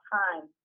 time